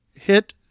hit